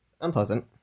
Unpleasant